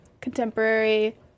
contemporary